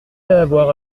avoir